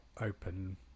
open